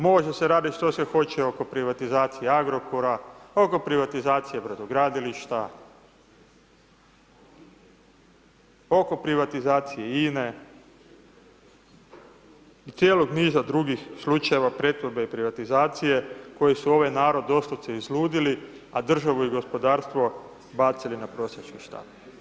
Može se radit što se hoće oko privatizacije Agrokora, oko privatizacije brodogradilišta, oko privatizacije INE i cijelog niza drugih slučajeva pretvorbe i privatizacije koji su ovaj narod doslovce izludili, a državu i gospodarstvo bacili na prosjački štap.